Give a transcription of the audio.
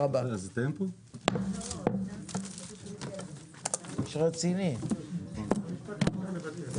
הישיבה ננעלה בשעה 12:17.